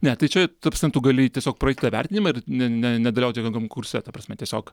ne tai čia ta prasme tu gali tiesiog praeit tą vertinimą ir ne ne nedalyvaut jokiam konkurse ta prasme tiesiog